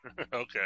Okay